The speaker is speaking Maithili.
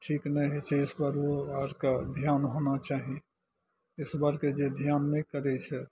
ठीक नहि होइ छै ईश्वरों अरके ध्यान होना चाही ईश्वरके जे ध्यान नहि करय छै